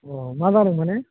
औ मा जादों माने